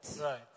Right